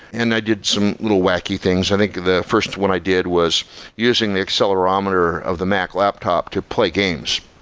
and i did some little wacky things. i think the first one i did was using the accelerometer of the mac laptop to play games,